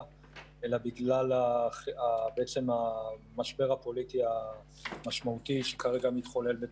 אלא בגלל המשבר הפוליטי המשמעותי שכרגע מתחולל בתוכה.